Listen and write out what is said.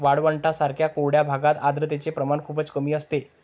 वाळवंटांसारख्या कोरड्या भागात आर्द्रतेचे प्रमाण खूपच कमी असते